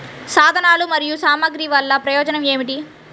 సాధనాలు మరియు సామగ్రి వల్లన ప్రయోజనం ఏమిటీ?